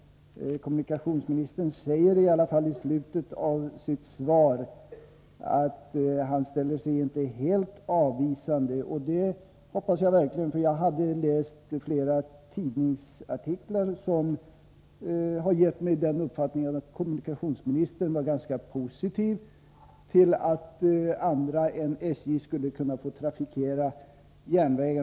Kommunikationsministern säger i alla fall i slutet av sitt svar att han inte ställer sig helt avvisande. Det hoppas jag verkligen att kommunikationsministern inte gör. Efter att ha läst flera tidningsartiklar har jag uppfattningen att kommunikationsministern är positivt inställd till att andra än SJ trafikerar järnvägarna.